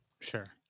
Sure